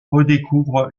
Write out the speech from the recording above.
redécouvre